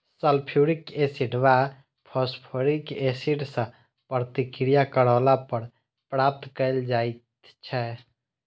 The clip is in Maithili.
सल्फ्युरिक एसिड वा फास्फोरिक एसिड सॅ प्रतिक्रिया करौला पर प्राप्त कयल जाइत छै